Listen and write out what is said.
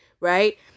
right